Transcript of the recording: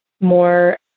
more